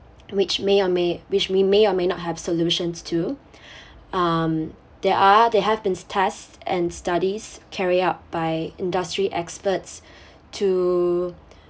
which may or may which we may or may not have solutions to um there are there have been tests and studies carried out by industry experts to